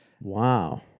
Wow